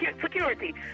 Security